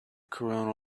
coronal